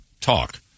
talk